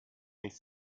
nicht